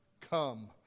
come